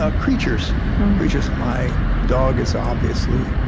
ah creatures creatures my dog is, obviously,